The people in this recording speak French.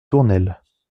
tournelles